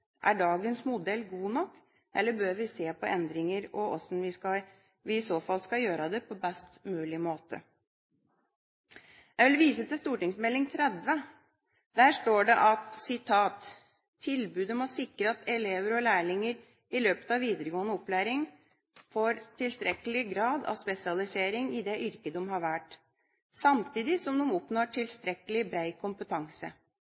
Er dagens modell god nok, eller bør vi se på endringer, og hvordan skal vi i så fall gjøre det på best mulig måte? Jeg vil vise til St.meld. nr. 30 for 2003–2004. Der står det at tilbudet må «sikre at elever og lærlinger i løpet av videregående opplæring får tilstrekkelig grad av spesialisering i det yrket de har valgt, samtidig som de oppnår